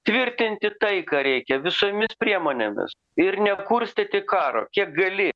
tvirtinti taiką reikia visomis priemonėmis ir nekurstyti karo kiek gali